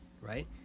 right